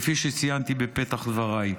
כפי שציינתי בפתח דבריי.